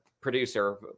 producer